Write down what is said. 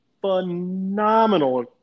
phenomenal